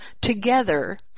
together